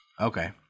Okay